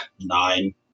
Nine